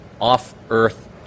off-Earth